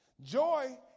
Joy